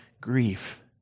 grief